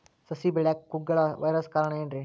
ಸಸಿ ಬೆಳೆಯಾಕ ಕುಗ್ಗಳ ವೈರಸ್ ಕಾರಣ ಏನ್ರಿ?